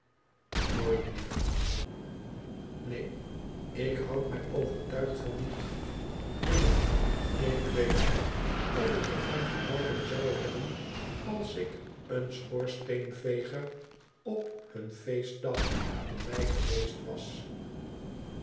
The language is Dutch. nooit lieve i ineen ik houd mij overtuigd van niet nudan ik weet niet of ik er van gehouden zou hebben als ik een schoorsteenveger op hun feestdag in mei geweest was